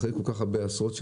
אחרי עשרות שנים,